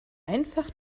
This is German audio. einfach